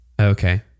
Okay